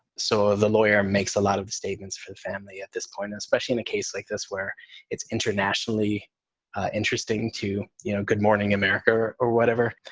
so the lawyer makes a lot of statements for the family at this point, especially in a case like this where it's internationally interesting to you know good morning america or whatever.